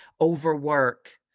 Overwork